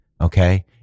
Okay